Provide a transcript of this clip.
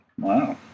Wow